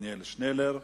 עתניאל שנלר,